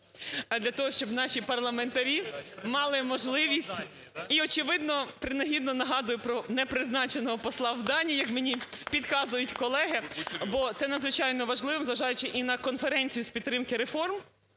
для того, щоб наші парламентарі мали можливість. І очевидно принагідно нагадую про непризначеного посла в Данії, як мені підказують колеги, бо це надзвичайно важливо, зважаючи і на конференцію з підтримки реформ,